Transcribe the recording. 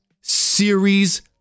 series